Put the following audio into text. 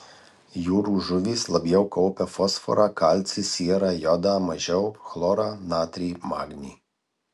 jūrų žuvys labiau kaupia fosforą kalcį sierą jodą mažiau chlorą natrį magnį